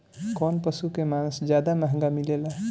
कौन पशु के मांस ज्यादा महंगा मिलेला?